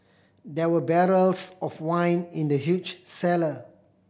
there were barrels of wine in the huge cellar